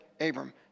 Abram